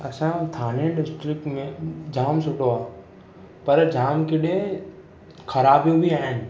असां जे थाणे डिस्ट्रिक में जाम सुठो आ पर जाम किॾे ख़राबियूं बि आहिनि